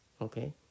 okay